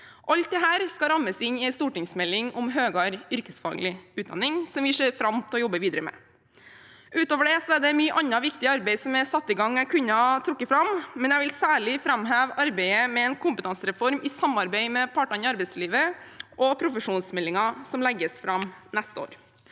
Alt dette skal rammes inn av en stortingsmelding om høyere yrkesfaglig utdanning, som vi ser fram til å jobbe videre med. Utover det er det mye annet viktig arbeid som er satt i gang, som jeg kunne ha trukket fram, men jeg vil særlig framheve arbeidet med en kompetansereform, i samarbeid med partene i arbeidslivet, og profesjonsmeldingen som legges fram neste år,